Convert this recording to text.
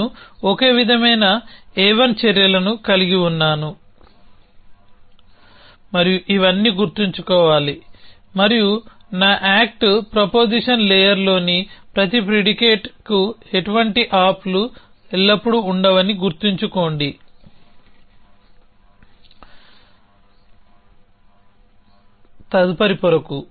నేను ఒకే విధమైన A1 చర్యలను కలిగి ఉన్నాను మరియు ఇవన్నీ గుర్తుంచుకోవాలి మరియు నా యాక్ట్ ప్రపోజిషన్ లేయర్ లోని ప్రతి ప్రిడికేట్కు ఎటువంటి ఆప్లు ఎల్లప్పుడూ ఉండవని గుర్తుంచుకోండి తదుపరి పొరకు